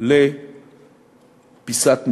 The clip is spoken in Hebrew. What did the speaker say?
לפיסת נייר?